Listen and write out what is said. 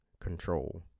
control